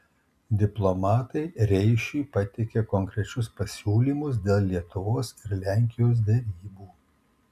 diplomatai reišiui pateikė konkrečius pasiūlymus dėl lietuvos ir lenkijos derybų